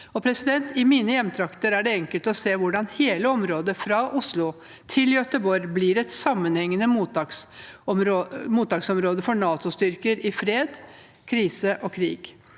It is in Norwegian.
luftstyrker.» I mine hjemtrakter er det enkelt å se hvordan hele området fra Oslo til Gøteborg blir et sammenhengende mottaksområde for NATO-styrker i fred, krise og krig.